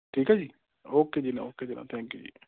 ਠੀਕ ਹੈ ਜੀ ਓਕੇ ਜੀ ਓਕੇ ਜਨਾਬ ਥੈਂਕ ਯੂ ਜੀ